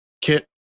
Kit